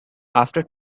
after